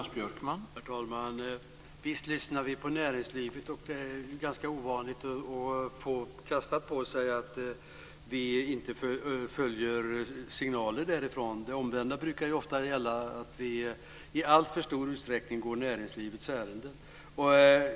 Herr talman! Visst lyssnar vi på näringslivet. Det är ganska ovanligt att få kastat på sig att vi inte lyssnar på signaler därifrån. Det omvända brukar ju ofta gälla, dvs. att vi i alltför stor utsträckning går näringslivets ärenden.